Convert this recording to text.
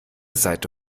seite